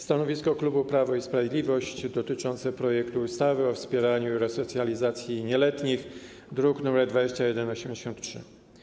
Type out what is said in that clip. Stanowisko klubu Prawo i Sprawiedliwość dotyczące projektu ustawy o wspieraniu i resocjalizacji nieletnich, druk nr 2183.